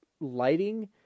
lighting